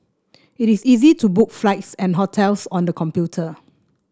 it is easy to book flights and hotels on the computer